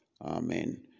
amen